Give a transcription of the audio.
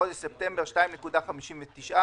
בחודש ספטמבר, 2.59%;